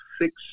six